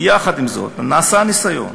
יחד עם זאת, נעשה ניסיון